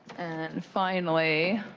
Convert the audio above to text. and finally,